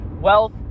wealth